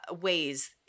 ways